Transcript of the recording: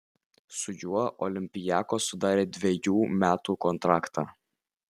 su juo olympiakos sudarė dvejų metų kontraktą